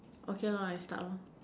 okay lor I start lor